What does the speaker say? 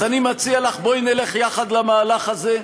אז אני מציע לך: בואי נלך יחד למהלך הזה.